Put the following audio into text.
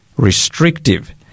Restrictive